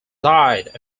died